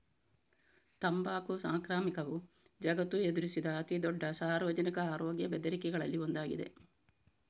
ತಂಬಾಕು ಸಾಂಕ್ರಾಮಿಕವು ಜಗತ್ತು ಎದುರಿಸಿದ ಅತಿ ದೊಡ್ಡ ಸಾರ್ವಜನಿಕ ಆರೋಗ್ಯ ಬೆದರಿಕೆಗಳಲ್ಲಿ ಒಂದಾಗಿದೆ